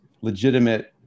legitimate